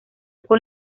con